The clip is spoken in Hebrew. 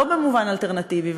לא במובן אלטרנטיבי.